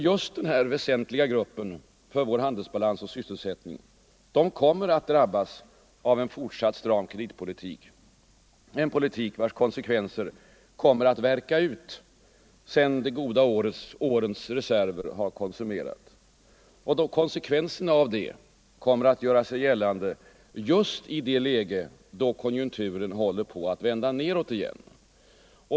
Just denna för vår handelsbalans och sysselsättning så väsentliga grupp kommer att drabbas av fortsatt stram kreditpolitik, en politik vars konsekvenser kommer att verka ut sedan de goda årens reserver har konsumerats. Konsekvenserna därav kommer att göra sig gällande just i det läge då konjunkturen håller på att vända neråt igen.